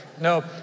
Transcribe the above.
No